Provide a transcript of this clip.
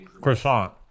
croissant